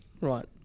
Right